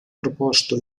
proposto